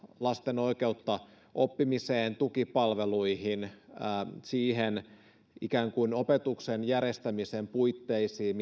lasten oikeutta oppimiseen tukipalveluihin niihin ikään kuin opetuksen järjestämisen puitteisiin